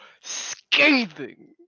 scathing